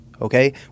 okay